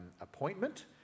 appointment